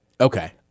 Okay